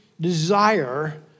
desire